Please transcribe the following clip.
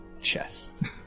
chest